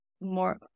more